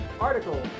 article